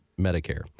Medicare